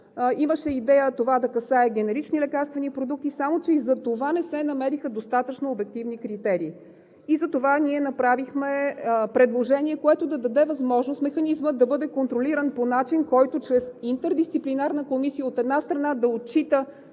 Имаше идея това да касае генерични лекарствени продукти, само че и за това не се намериха достатъчно обективни критерии. Затова ние направихме предложение, което да даде възможност механизмът да бъде контролиран по начин, който чрез интердисциплинарна комисия, от една страна, да отчита